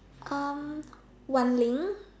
um Wan-ling